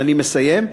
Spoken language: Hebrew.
ואני מסיים,